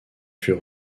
fut